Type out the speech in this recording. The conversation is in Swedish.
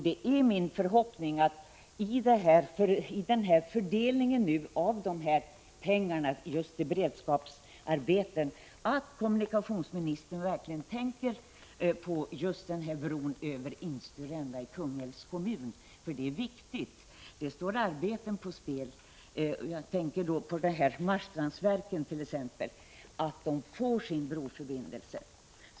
Det är min förhoppning att kommunikationsministern i samband med den kommande fördelningen av beredskapsmedlen verkligen tänker på just Instöbron i Kungälvs kommun. Arbetstillfällen står nämligen på spel — jag tänker då på t.ex. Marstrandsverken — och det är därför viktigt att marstrandsborna får sin broförbindelse.